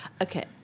Okay